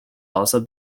also